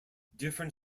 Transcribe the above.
different